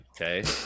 okay